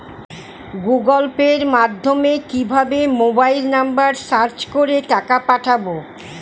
Google পের মাধ্যমে কিভাবে মোবাইল নাম্বার সার্চ করে টাকা পাঠাবো?